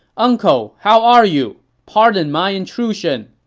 uncle, how are you! pardon my intrusion!